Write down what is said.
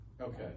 okay